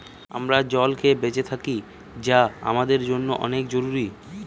আমরা জল খেয়ে বেঁচে থাকি যা আমাদের জন্যে অনেক জরুরি